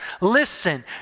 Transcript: listen